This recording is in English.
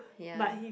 ya